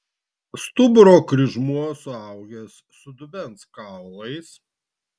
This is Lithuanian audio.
stuburo kryžmuo suaugęs su dubens kaulais